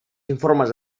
informes